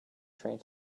train